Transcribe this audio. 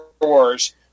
Wars